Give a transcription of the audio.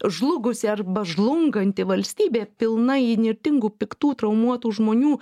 žlugusi arba žlunganti valstybė pilna įnirtingų piktų traumuotų žmonių